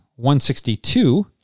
162